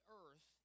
earth